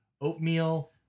Oatmeal